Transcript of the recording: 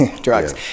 drugs